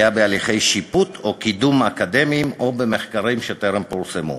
פגיעה בהליכי שיפוט או קידום אקדמיים או במחקרים שטרם פורסמו,